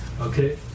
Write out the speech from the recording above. Okay